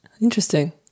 Interesting